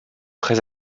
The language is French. très